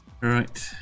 right